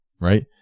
right